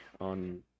on